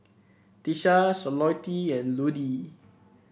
Tisha Charlottie and Ludie